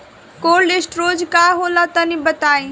Cold storage का होला तनि बताई?